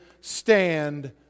stand